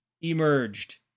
emerged